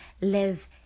live